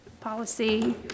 policy